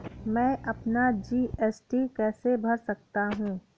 मैं अपना जी.एस.टी कैसे भर सकता हूँ?